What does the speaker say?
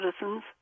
citizens